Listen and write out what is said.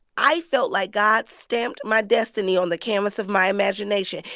i felt like god stamped my destiny on the canvas of my imagination,